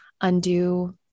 undo